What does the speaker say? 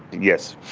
yes.